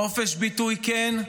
חופש ביטוי כן,